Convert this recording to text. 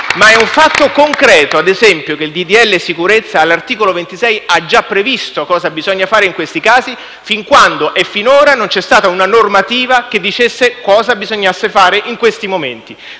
ma è un fatto concreto, ad esempio, che il decreto sicurezza, all'articolo 26, abbia già previsto cosa bisogna fare in questi casi. Finora non c'era stata una normativa che dicesse cosa bisognasse fare in questi momenti.